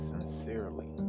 Sincerely